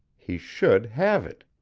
he should have it!